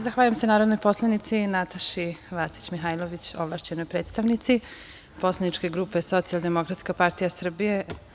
Zahvaljujem se narodnoj poslanici, Nataši Mihailović Vacić, ovlašćenoj predstavnici poslaničke grupe Socijaldemokratska partija Srbije.